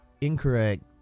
incorrect